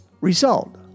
result